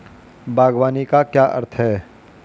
बागवानी का क्या अर्थ है?